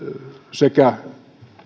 sekä